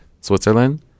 Switzerland